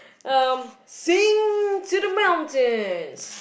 um sing to the mountains